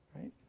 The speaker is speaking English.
right